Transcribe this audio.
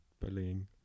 Bullying